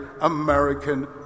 American